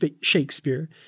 Shakespeare